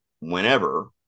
whenever